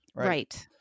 Right